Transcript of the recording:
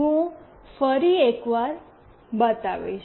હું ફરી એકવાર બતાવીશ